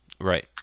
Right